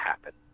happen